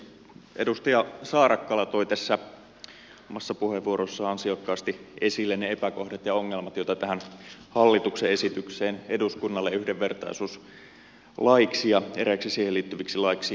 edustaja saarakkala toi tässä omassa puheenvuorossaan ansiokkaasti esille ne epäkohdat ja ongelmat joita tähän hallituksen esitykseen eduskunnalle yhdenvertaisuuslaiksi ja eräiksi siihen liittyviksi laeiksi sisältyy